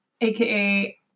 aka